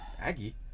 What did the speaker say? Aggie